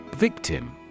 Victim